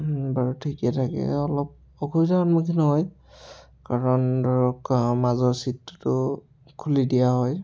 বাৰু ঠিকে ঠাকে অলপ অসুবিধা সন্মুখীন হয় কাৰণ ধৰক মাজৰ ছিটটোতো খুলি দিয়া হয়